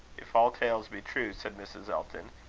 if all tales be true, said mrs. elton,